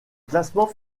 classement